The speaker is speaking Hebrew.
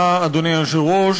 אדוני היושב-ראש,